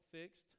fixed